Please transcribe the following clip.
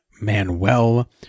Manuel